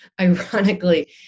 ironically